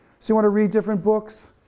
so you wanna read different books,